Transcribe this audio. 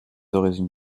origines